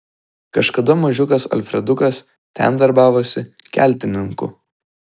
kažkada mažiukas alfredukas ten darbavosi keltininku